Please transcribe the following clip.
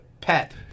pet